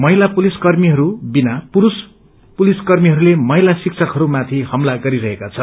महिला पुलिसकर्मीहरू बिना पुरूष पुलिसकर्मीहरूले महिला शिक्षकहरूमाथि हमला गरिरहेका छन्